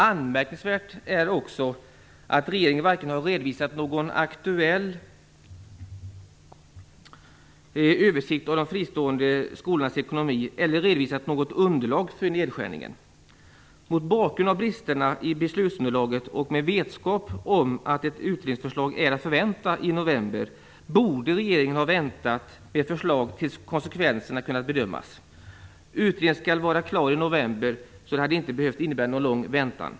Anmärkningsvärt är också att regeringen varken har redovisat någon aktuell översikt av de fristående skolornas ekonomi eller redovisat något underlag för nedskärningen. Mot bakgrund av bristerna i beslutsunderlaget och med vetskap om att ett utredningsförslag är att förvänta i november borde regeringen ha väntat med förslag tills konsekvenserna kunnat bedömas. Eftersom utredningen som sagt skall vara klar i november hade det inte behövt innebära någon lång väntan.